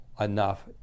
enough